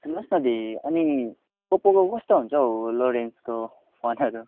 सुन्नुहोस् न दी अनि ओप्पोको कस्तो हुन्छ हौ लो रेन्जको फोनहरू